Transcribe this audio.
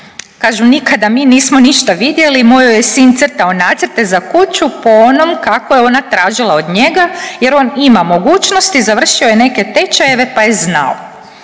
Kažu nikada mi nismo ništa vidjeli, moj joj je sin crtao nacrte za kuću po onom kako je ona tražila od njega, jer on ima mogućnosti, završio je neke tečajeve pa je znao.